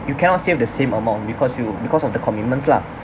you cannot save the same amount because you because of the commitments lah